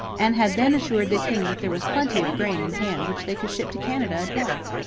and had then assured the king that there was plenty of grain in hand which they could ship to canada at once.